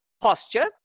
posture